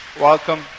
Welcome